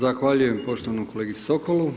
Zahvaljujem poštovanom kolegi Sokolu.